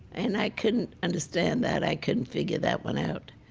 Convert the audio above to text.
and i couldn't understand that, i couldn't figure that one out.